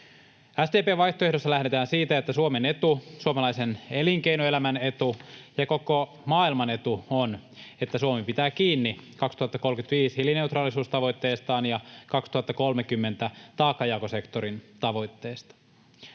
SDP:n vaihtoehdossa lähdetään siitä, että Suomen etu, suomalaisen elinkeinoelämän etu ja koko maailman etu on, että Suomi pitää kiinni vuoden 2035 hiilineutraalisuustavoitteestaan ja vuoden 2030 taakanjakosektorin tavoitteesta.